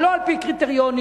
שלא על-פי קריטריונים,